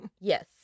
Yes